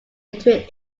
between